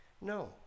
No